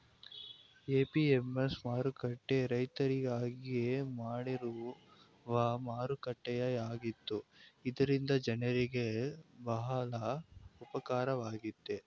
APMC ಮಾರುಕಟ್ಟೆ ರೈತರಿಗಾಗಿಯೇ ಮಾಡಿರುವ ಮಾರುಕಟ್ಟೆಯಾಗಿತ್ತು ಇದರಿಂದ ಜನರಿಗೆ ಬಹಳ ಉಪಕಾರವಾಗಿದೆ